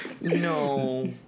No